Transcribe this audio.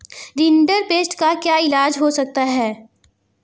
rinderpest का क्या इलाज हो सकता है